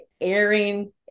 airing